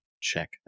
check